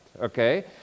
okay